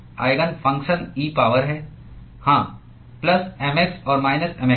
eigen function e power हैं हाँ plus m x और माइनस m x है